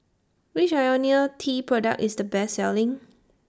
Which Ionil T Product IS The Best Selling